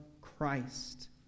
Christ